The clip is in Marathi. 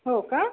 हो का